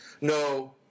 No